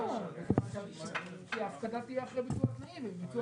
שהתוכנית הזאת אכן תאושר בשינויים כאלה ואחרים,